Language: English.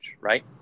right